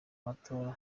matora